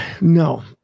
No